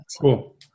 Cool